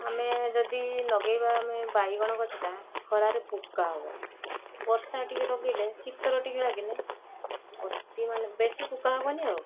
ଆମେ ଯଦି ଲଗାଇବା ଆମେ ବାଇଗଣ ଗଛଟା ଖରାରେ ପୋକା ହେବ ବର୍ଷାରେ ଟିକେ ଲଗାଇଲେ ଶୀତରେ ଟିକେ ଲାଗିଲେ ଅତି ମାନେ ବେଶୀ ପୋକା ହେବନି ଆଉ